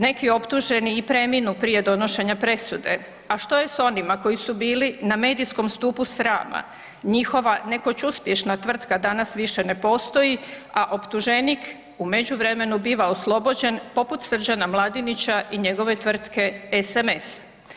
Neki optuženi i preminu prije donošenja presude, a što je s onima koji su bili na medijskom stupu srama, njihova nekoć uspješna tvrtka danas više ne postoji, a optuženik u međuvremenu biva oslobođen poput Srđana Mladinića i njegove tvrtke SMS.